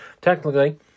technically